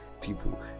people